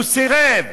הוא סירב,